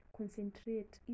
Concentrate